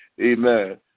Amen